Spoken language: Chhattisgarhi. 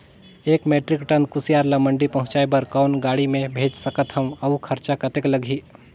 एक मीट्रिक टन कुसियार ल मंडी पहुंचाय बर कौन गाड़ी मे भेज सकत हव अउ खरचा कतेक लगही?